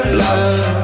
love